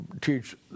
teach